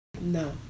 no